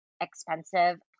expensive